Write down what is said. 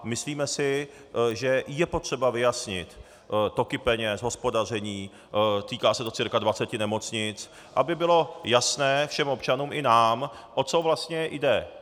Myslíme si, že je potřeba vyjasnit toky peněz, hospodaření, týká se to cca dvaceti nemocnic, aby bylo jasné všem občanům i nám, o co vlastně jde.